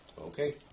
Okay